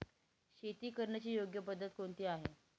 शेती करण्याची योग्य पद्धत कोणती आहे?